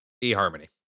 e-harmony